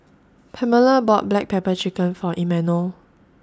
Pamella bought Black Pepper Chicken For Imanol